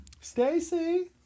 Stacy